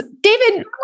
David